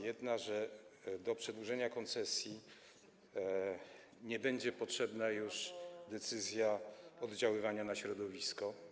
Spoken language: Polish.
Jedna, że do przedłużenia koncesji nie będzie potrzebna już decyzja dotycząca oddziaływania na środowisko.